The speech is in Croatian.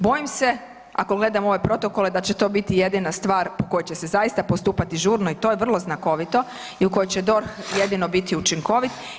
Bojim se ako gledamo ove protokole da će to biti jedina stvar po kojoj će se zaista postupati žurno i to je vrlo znakovito i u kojoj će DORH jedino biti učinkovit.